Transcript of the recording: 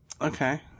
Okay